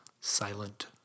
Silent